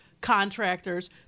contractors